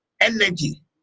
energy